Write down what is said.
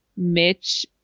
mitch